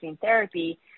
therapy